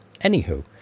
anywho